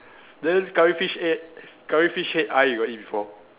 then curry fish head curry fish head eye you got eat before